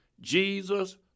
Jesus